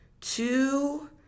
two